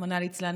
רחמנא ליצלן,